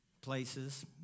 places